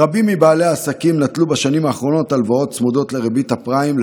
רבים מבעלי העסקים נטלו בשנים האחרונות הלוואות צמודות לריבית הפריים,